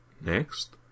Next